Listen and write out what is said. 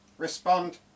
Respond